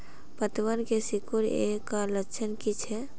पतबन के सिकुड़ ऐ का लक्षण कीछै?